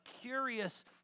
curious